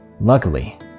Luckily